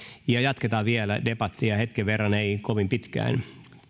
jatketaan vielä debattia hetken verran ei kovin pitkään